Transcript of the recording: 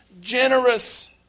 Generous